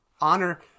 Honor